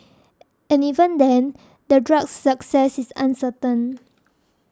and even then the drug's success is uncertain